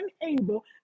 unable